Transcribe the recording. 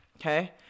Okay